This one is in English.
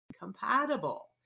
Compatible